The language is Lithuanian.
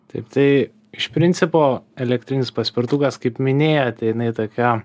taip tai iš principo elektrinis paspirtukas kaip minėjote jinai tokia